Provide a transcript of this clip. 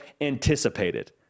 anticipated